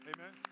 Amen